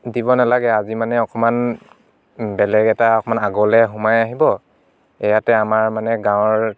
দিব নালাগে আজি মানে অকণমান বেলেগ এটা অকণমান আগলৈ সোমাই আহিব ইয়াতে আমাৰ মানে গাঁৱৰ